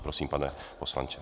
Prosím, pane poslanče.